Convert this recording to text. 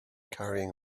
carrying